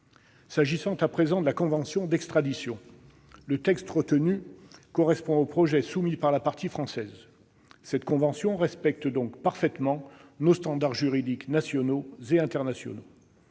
S'agissant, à présent, de la convention d'extradition, le texte retenu correspond au projet soumis par la partie française. Cette convention respecte donc parfaitement nos standards juridiques nationaux et internationaux.